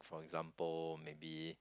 for example maybe